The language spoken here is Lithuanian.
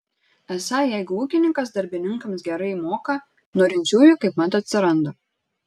esą jeigu ūkininkas darbininkams gerai moka norinčiųjų kaipmat atsiranda